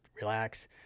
relax